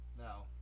Now